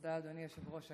תודה, אדוני היושב-ראש.